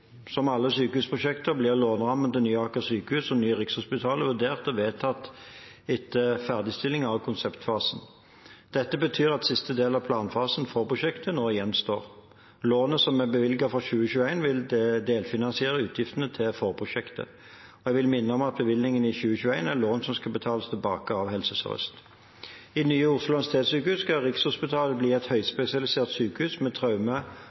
Som alle sykehusprosjekter ble lånerammen til nye Aker sykehus og nye Rikshospitalet vurdert og vedtatt etter ferdigstilling av konseptfasen. Dette betyr at siste del av planfasen – forprosjektet – gjenstår. Lånet som er bevilget for 2021, vil delfinansiere utgiftene til forprosjektet. Jeg vil minne om at bevilgningen i 2021 er lån som skal betales tilbake av Helse Sør-Øst. I nye Oslo universitetssykehus skal Rikshospitalet bli et høyspesialisert sykehus med traume-